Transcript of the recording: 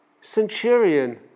centurion